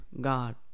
God